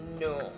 No